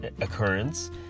occurrence